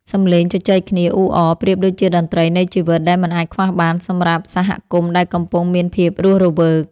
សម្លេងជជែកគ្នាអ៊ូអរប្រៀបដូចជាតន្ត្រីនៃជីវិតដែលមិនអាចខ្វះបានសម្រាប់សហគមន៍ដែលកំពុងមានភាពរស់រវើក។